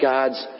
God's